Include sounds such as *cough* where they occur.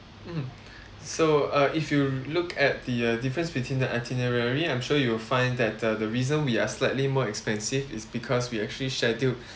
mmhmm so uh if you look at the uh difference between the itinerary I'm sure you will find that the reason we are slightly more expensive is because we actually schedule *breath*